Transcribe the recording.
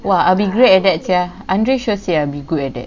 !wah! I'll be great and that sia andre sure sia will be good at that